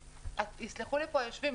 יסלחו לי פה היושבים,